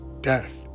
death